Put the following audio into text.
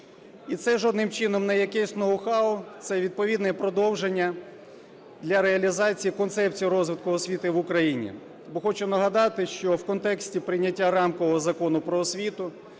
І це жодним чином не якесь ноу-хау, це відповідне продовження для реалізації концепції розвитку освіти в Україні. Бо хочу нагадати, що в контексті прийняття рамкового Закону "Про освіту"